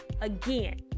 again